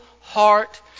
heart